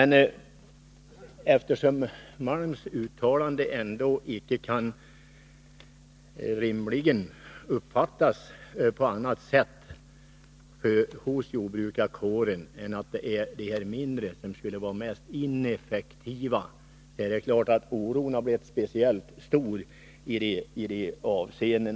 Eftersom Stig Malms uttalande ändå icke rimligen kan uppfattas på annat sätt hos jordbrukarkåren än att det är de mindre jordbruken som skulle vara mest ineffektiva, är det klart att oron har blivit speciellt stor hos den gruppen jordbrukare.